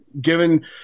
given